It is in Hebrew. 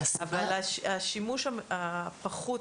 אבל השימוש הפחות